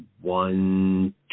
one